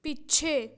ਪਿੱਛੇ